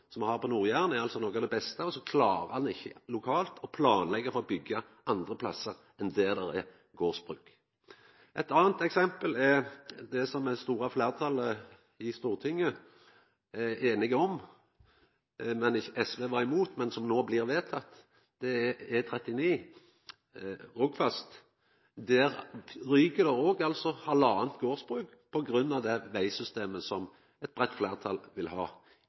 me har på Nord-Jæren, er noko av det beste me har, og så klarar ein ikkje lokalt å planleggja for å byggja andre plassar enn der det er gardsbruk. Eit anna eksempel er det som det store fleirtalet i Stortinget er einig om – SV var imot, men no blir det vedteke – E39, Rogfast. Der ryker det òg halvanna gardsbruk på grunn av det vegsystemet som eit breitt fleirtal vil ha